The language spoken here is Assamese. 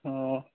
অঁ